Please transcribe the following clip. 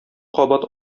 кабат